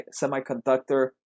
semiconductor